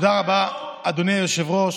תודה רבה, אדוני היושב-ראש.